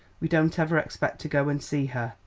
we don't ever expect to go and see her.